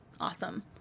awesome